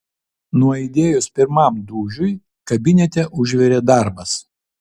nuaidėjus pirmam dūžiui kabinete užvirė darbas